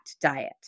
diet